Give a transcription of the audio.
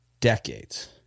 decades